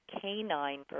Canine